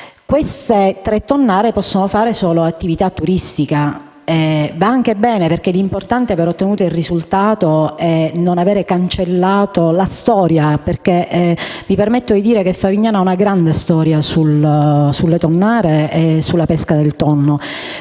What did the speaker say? Le tre tonnare possono svolgere solo attività turistica. Ciò va anche bene, perché l'importante è aver ottenuto il risultato e non aver cancellato la storia. Mi permetto di dire che Favignana vanta una grande storia sulle tonnare e sulla pesca del tonno.